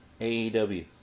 AEW